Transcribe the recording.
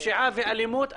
פשיעה ואלימות.